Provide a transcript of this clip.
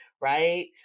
Right